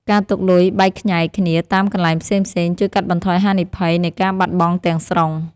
ការទុកលុយបែកខ្ញែកគ្នាតាមកន្លែងផ្សេងៗ ជួយកាត់បន្ថយហានិភ័យនៃការបាត់បង់ទាំងស្រុង។